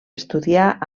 estudiar